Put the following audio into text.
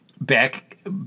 back